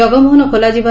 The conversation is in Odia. ଜଗମୋହନ ଖୋଲାଯିବ